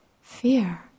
fear